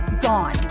gone